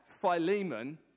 Philemon